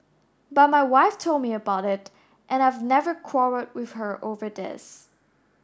but my wife told me about it and I've never quarrelled with her over this